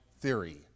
theory